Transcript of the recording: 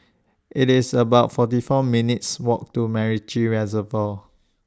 IT IS about forty four minutes' Walk to Macritchie Reservoir